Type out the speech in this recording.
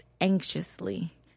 anxiously